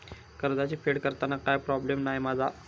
कर्जाची फेड करताना काय प्रोब्लेम नाय मा जा?